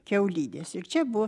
kiaulidės ir čia buvo